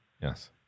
Yes